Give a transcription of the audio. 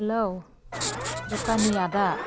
hello दखानि आदा